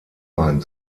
mein